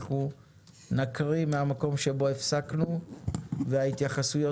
אנחנו נקריא מהמקום שבו הספקנו וההתייחסויות